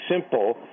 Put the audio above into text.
simple